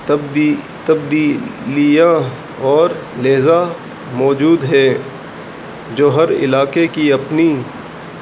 تبدی تبدیلیاں اور لہجہ موجود ہیں جو ہر علاقے کی اپنی